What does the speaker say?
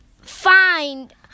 find